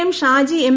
M Shaji M